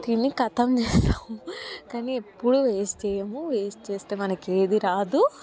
తిని ఖతం చేస్తాం కాని ఎప్పుడు వేస్ట్ చేయము వేస్ట్ చేస్తే మనకి ఏది రాదు